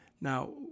Now